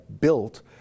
built